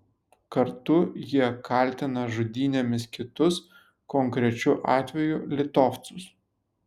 kartu jie kaltina žudynėmis kitus konkrečiu atveju litovcus